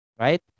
right